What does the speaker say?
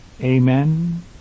Amen